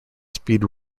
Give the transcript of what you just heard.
speed